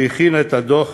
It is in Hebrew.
שהכין את הדוח,